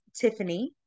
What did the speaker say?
tiffany